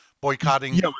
boycotting